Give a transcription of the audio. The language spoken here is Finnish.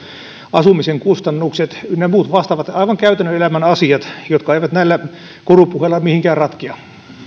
asumisen kustannukset ynnä muut vastaavat aivan käytännön elämän asiat jotka eivät näillä korupuheilla mihinkään ratkea